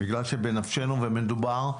בגלל שבנפשנו מדובר,